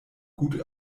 gut